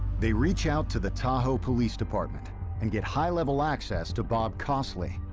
they reach out to the tahoe police department and get high-level access to bob cosley,